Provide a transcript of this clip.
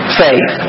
faith